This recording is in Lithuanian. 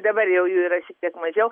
dabar jau jų yra šiek tiek mažiau